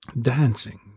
dancing